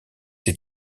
ces